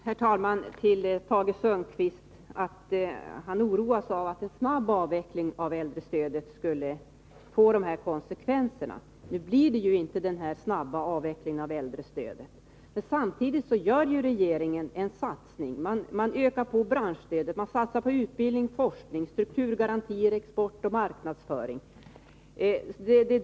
Herr talman! Tage Sundkvist oroas över konsekvenserna av en snabb avveckling av äldrestödet. Men det blir inte någon sådan snabb avveckling av äldrestödet, för samtidigt gör regeringen en satsning: ökar branschstödet och satsar på utbildning och forskning, strukturgarantier, export och marknadsföring.